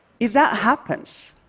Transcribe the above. if that happens,